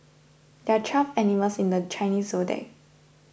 there are twelve animals in the Chinese zodiac